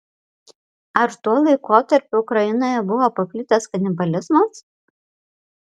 ar tuo laikotarpiu ukrainoje buvo paplitęs kanibalizmas